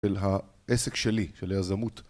אל העסק שלי, של היזמות.